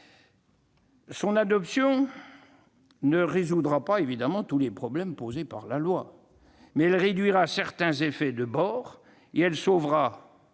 Son adoption ne résoudra pas tous les problèmes posés par la loi Égalim, mais elle réduira certains effets de bord et sauvera,